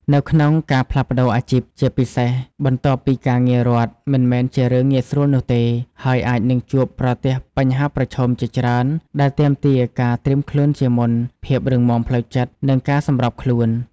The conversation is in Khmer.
នៅក្នុងការផ្លាស់ប្តូរអាជីព ជាពិសេសបន្ទាប់ពីការងាររដ្ឋ មិនមែនជារឿងងាយស្រួលនោះទេ ហើយអាចនឹងជួបប្រទះបញ្ហាប្រឈមជាច្រើនដែលទាមទារការត្រៀមខ្លួនជាមុន ភាពរឹងមាំផ្លូវចិត្ត និងការសម្របខ្លួន។